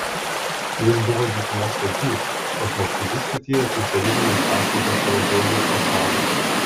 jis buvo dykumos vedlys o žmogžudystę tyrė tik darydamas paslaugą savo draugui osmanui